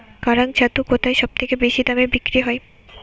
কাড়াং ছাতু কোথায় সবথেকে বেশি দামে বিক্রি হয়?